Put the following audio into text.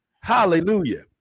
Hallelujah